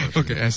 okay